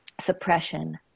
suppression